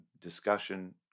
discussion